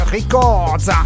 Records